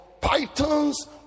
pythons